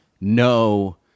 no